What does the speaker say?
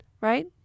right